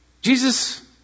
Jesus